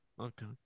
Okay